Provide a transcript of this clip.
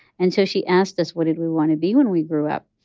and so she asked us what did we want to be when we grew up?